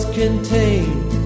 contained